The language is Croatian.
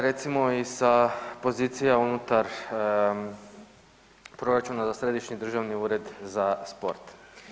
Recimo i sa pozicija unutar proračuna za Središnji državni ured za sport.